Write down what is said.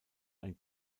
ein